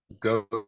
go